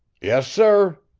yes, sir,